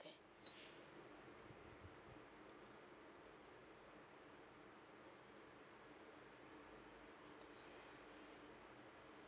okay